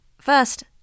First